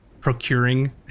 procuring